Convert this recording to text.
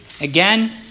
Again